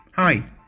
Hi